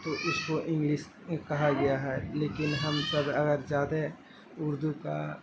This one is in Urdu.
تو اس کو انگلس کہا گیا ہے لیکن ہم سب اگر زیادہ اردو کا